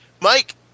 Mike